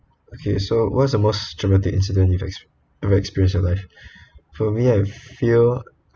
okay so what's the most traumatic incident you ex~ you experience in life for me I feel